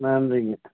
நன்றிங்க